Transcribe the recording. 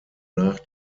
nach